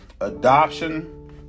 Adoption